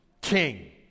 king